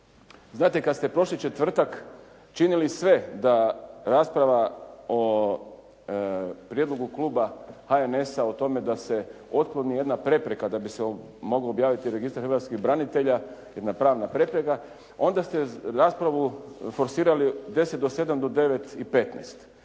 Znate kad ste prošli četvrtak činili sve da rasprava o prijedlogu kluba HNS-a o tome da se otkloni jedna prepreka da bi se mogao objaviti registar hrvatskih branitelja, jedna pravna prepreka, onda ste raspravu forsirali deset do sedam